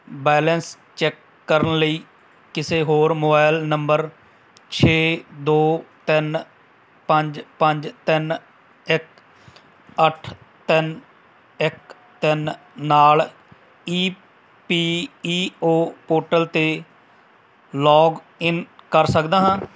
balance check ਕਰਨ ਲਈ ਕਿਸੇ ਹੋਰ ਮੋਬਾਈਲ ਨੰਬਰ ਛੇ ਦੋ ਤਿੰਨ ਪੰਜ ਪੰਜ ਤਿੰਨ ਇੱਕ ਅੱਠ ਤਿੰਨ ਇੱਕ ਤਿੰਨ ਨਾਲ E P E O portal 'ਤੇ ਲੌਗਇਨ ਕਰ ਸਕਦਾ ਹਾਂ